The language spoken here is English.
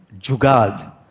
jugad